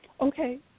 Okay